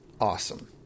awesome